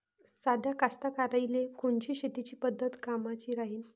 साध्या कास्तकाराइले कोनची शेतीची पद्धत कामाची राहीन?